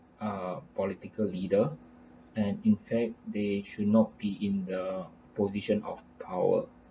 uh political leader and in fact they should not be in the position of power